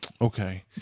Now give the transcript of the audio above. Okay